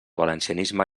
valencianisme